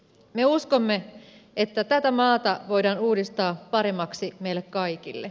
me uskomme että tätä maata voidaan uudistaa paremmaksi meille kaikille